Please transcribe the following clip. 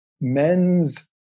men's